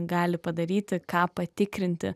gali padaryti ką patikrinti